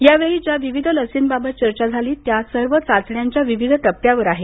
या वेळी ज्या विविध लशींबाबत चर्चा झाली त्या सर्व चाचण्यांच्या विविध टप्प्यावर आहेत